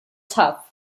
tough